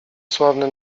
sławny